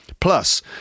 Plus